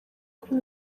kuri